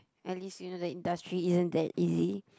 at least you know the industry isn't that easy